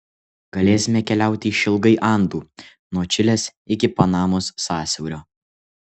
galėsime keliauti išilgai andų nuo čilės iki panamos sąsiaurio